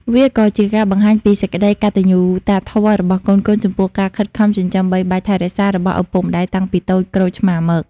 វាក៏ជាការបង្ហាញពីសេចក្ដីកតញ្ញូតាធម៌របស់កូនៗ ចំពោះការខិតខំចិញ្ចឹមបីបាច់ថែរក្សារបស់ឪពុកម្ដាយតាំងពីតូចក្រូចឆ្មារមក។